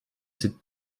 cette